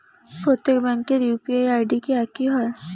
প্রত্যেক ব্যাংকের UPI ID কি একই হয়?